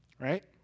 right